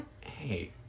Hey